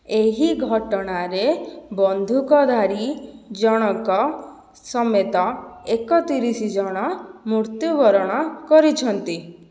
ଏହି ଘଟଣାରେ ବନ୍ଧୁକଧାରୀ ଜଣଙ୍କ ସମେତ ଏକତିରିଶ ଜଣ ମୃତ୍ୟୁବରଣ କରିଛନ୍ତି